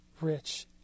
rich